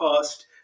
past